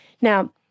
Now